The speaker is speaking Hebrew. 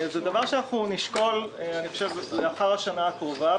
זה דבר שאנחנו נשקול לאחר השנה הקרובה.